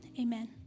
amen